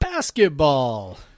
basketball